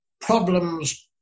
problems